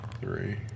Three